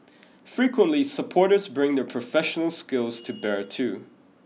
frequently supporters bring their professional skills to bear too